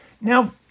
Now